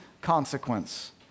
consequence